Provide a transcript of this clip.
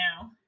now